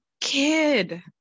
Kid